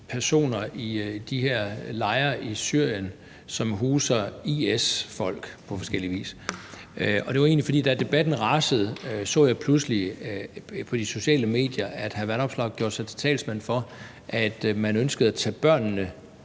personer i de her lejre i Syrien, som huser IS-folk på forskellig vis. Da debatten rasede, så jeg pludselig på de sociale medier, at hr. Alex Vanopslagh gjorde sig til talsmand for at tage børnene